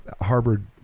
Harvard